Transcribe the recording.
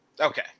Okay